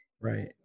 Right